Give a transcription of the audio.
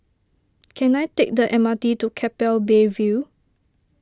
can I take the M R T to Keppel Bay View